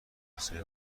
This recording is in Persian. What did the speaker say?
توسعه